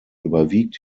überwiegt